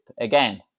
again